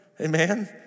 Amen